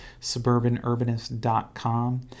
suburbanurbanist.com